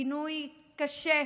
פינוי קשה,